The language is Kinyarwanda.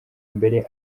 mbere